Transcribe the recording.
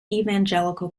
evangelical